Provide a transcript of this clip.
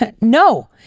no